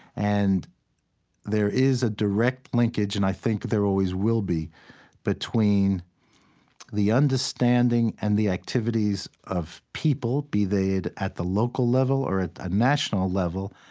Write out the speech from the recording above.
and there is a direct linkage and i think there always will be between the understanding and the activities of people, be they at the local level or at the national level,